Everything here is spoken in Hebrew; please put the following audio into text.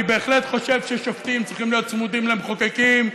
אני בהחלט חושב ששופטים צריכים להיות צמודים למחוקקים,